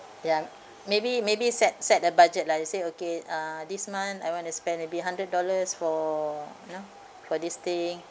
ya maybe maybe set set a budget like you say okay uh this month I want to spend maybe hundred dollars for you know for this thing